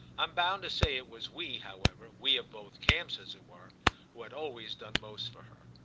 i'm bound to say it was we, however we of both camps, as it were who had always done most for her.